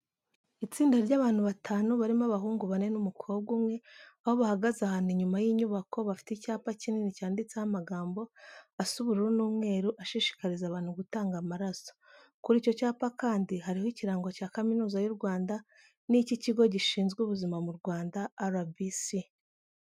Itsinda ry'abantu batanu barimo abahungu bane n'umukobwa umwe, aho bahagaze ahantu inyuma y'inyubako, bafite icyapa kinini cyanditseho amagambo asa ubururu n'umweru ashishikariza abantu gutanga amaraso. Kuri icyo cyapa kandi, hariho ikirango cya Kaminuza y'u Rwanda n'icy'ikigo gishinzwe ubuzima mu Rwanda RBC.